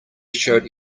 showed